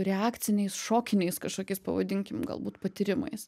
reakciniais šokiniais kažkokiais pavadinkim galbūt patyrimais